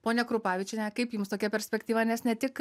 ponia krupavičiene kaip jums tokia perspektyva nes ne tik